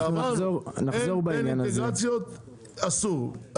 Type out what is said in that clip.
בין אינטגרציות אסור.